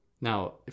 Now